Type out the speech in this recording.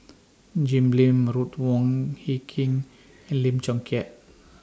Jim Lim Ruth Wong Hie King and Lim Chong Keat